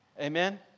amen